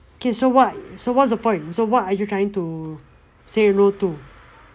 okay so what so what's the point so what are you trying to say no to